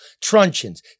truncheons